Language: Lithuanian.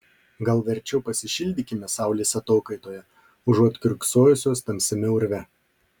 gal verčiau pasišildykime saulės atokaitoje užuot kiurksojusios tamsiame urve